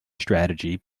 strategy